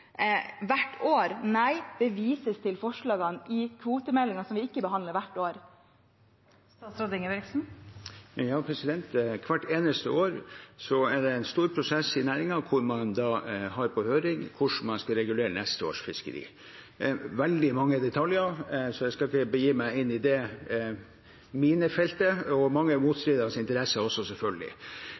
hvert år: Nei, det vises til forslagene i kvotemeldingen, som vi ikke behandler hvert år. Hvert eneste år er det en stor prosess i næringen hvor man har på høring hvordan man skal regulere neste års fiskeri. Det er veldig mange detaljer, så jeg skal ikke begi meg inn i det minefeltet, og det er selvfølgelig også mange motstridende interesser.